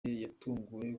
yatunguwe